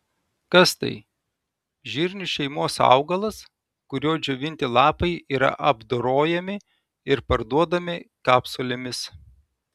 kas tai žirnių šeimos augalas kurio džiovinti lapai yra apdorojami ir parduodami kapsulėmis